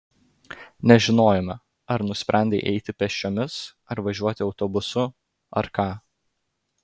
nežinojome ar nusprendei eiti pėsčiomis ar važiuoti autobusu ar ką